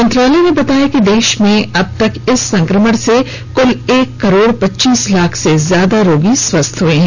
मंत्रालय ने बताया है कि देश में अब तक इस संक्रमण से कुल एक करोड पच्चीस लाख से अधिक रोगी स्वस्थ हुए हैं